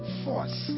force